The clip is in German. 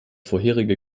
vorherige